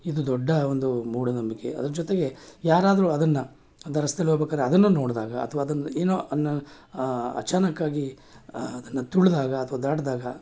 ಇದು ದೊಡ್ಡ ಒಂದು ಮೂಢನಂಬಿಕೆ ಅದ್ರ ಜೊತೆಗೆ ಯಾರಾದ್ರೂ ಅದನ್ನು ಅಂತ ರಸ್ತೆಲಿ ಹೋಗ್ಬೇಕಾದ್ರೆ ಅದನ್ನು ನೋಡಿದಾಗ ಅಥ್ವಾ ಅದನ್ನ ಏನೋ ಅದನ್ನ ಅಚಾನಕ್ಕಾಗಿ ಅದನ್ನು ತುಳಿದಾಗ ಅಥ್ವಾ ದಾಟಿದಾಗ